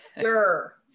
Sure